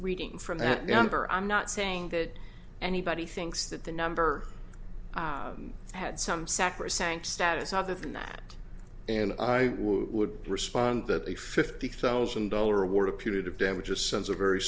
reading from that number i'm not saying that anybody thinks that the number had some sacrosanct status other than that and i would respond that a fifty thousand dollar award of punitive damages sends a very